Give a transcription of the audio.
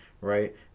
right